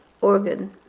organ